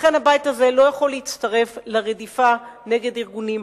לכן הבית הזה לא יכול להצטרף לרדיפה נגד ארגונים.